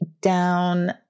down